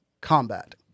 combat